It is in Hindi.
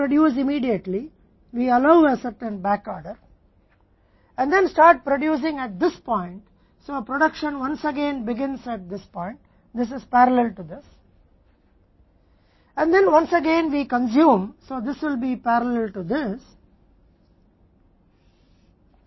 इसलिए हम तुरंत उत्पादन नहीं करते हैं हम एक निश्चित बैकऑर्डर की अनुमति देते हैं और फिर इस बिंदु पर उत्पादन करना शुरू करते हैं इसलिए उत्पादन इस बिंदु पर एक बार फिर से शुरू होता है यह इस के समानांतर है और फिर एक बार हम उपभोग करते हैं इसलिए यह इस और इसी तरह समानांतर होगा